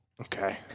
Okay